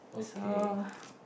so